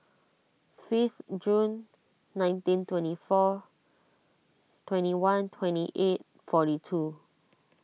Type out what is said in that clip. fifth Jun nineteen twenty four twenty one twenty eight forty two